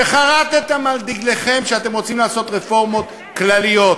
שחרתם על דגלכם שאתם רוצים לעשות רפורמות כלליות,